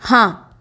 हाँ